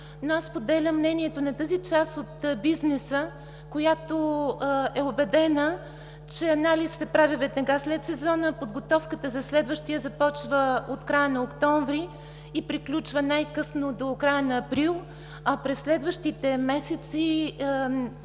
но аз споделям мнението на тази част от бизнеса, която е убедена, че анализ се прави веднага след сезона, а подготовката за следващия започва от края на октомври и приключва най-късно до края на април. А през следващите месеци